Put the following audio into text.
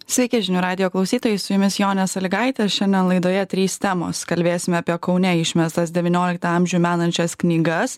sveiki žinių radijo klausytojai su jumis jonė salygaitė šiandien laidoje trys temos kalbėsime apie kaune išmestas devynioliktą amžių menančias knygas